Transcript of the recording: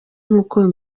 nk’uko